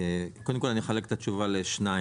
קודם כל, אני אחלק את התשובה לשניים.